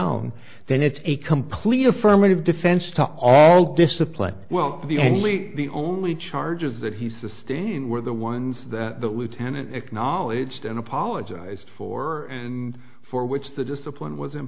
own then it's a complete affirmative defense to all discipline well the only the only charges that he sustained were the ones that the loo ten acknowledged and apologized for and for which the discipline was i